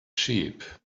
sheep